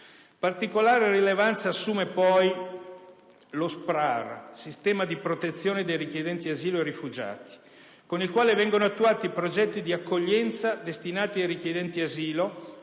Particolare rilevanza assume poi lo SPRAR, (Sistema di protezione dei richiedenti asilo e rifugiati), con il quale vengono attuati progetti di accoglienza destinati ai richiedenti asilo